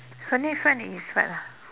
so next one is what ah